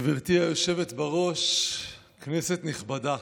גברתי היושבת-ראש, כנסת נכבדה,